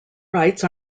rights